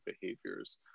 behaviors